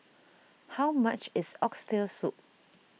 how much is Oxtail Soup